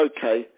Okay